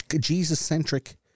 Jesus-centric